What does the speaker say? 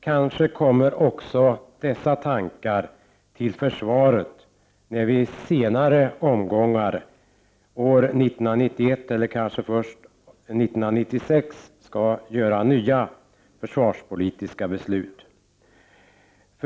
Kanske kommer också dessa tankar till försvaret när vi senare — 1991 eller först 1996 — skall fatta nya försvarspolitiska beslut.